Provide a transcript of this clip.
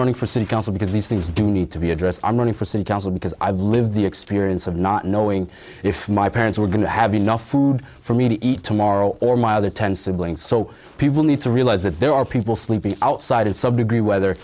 running for city council because these things do need to be addressed i'm running for city council because i've lived the experience of not knowing if my parents were going to have enough food for me to eat tomorrow or my other ten siblings so people need to realize that there are people sleeping outside in some degree weather